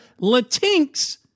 latinx